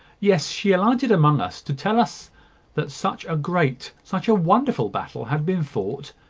yes she alighted among us to tell us that such a great, such a wonderful battle had been fought,